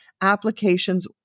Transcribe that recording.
applications